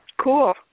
Cool